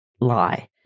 lie